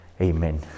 Amen